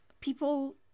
people